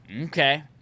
Okay